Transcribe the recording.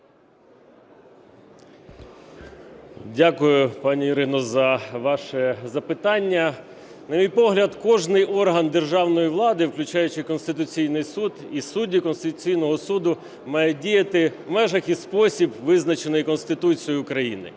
Дякую, пані Ірино, за ваше запитання. На мій погляд, кожен орган державної влади, включаючи Конституційний Суд і суддів Конституційного Суду, мають діяти в межах і в спосіб, визначений Конституцією України.